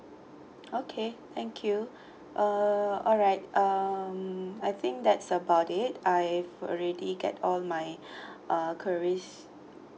okay thank you uh alright um I think that's about it I've already get all my uh queries